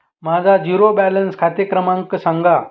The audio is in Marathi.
माझा झिरो बॅलन्स खाते क्रमांक सांगा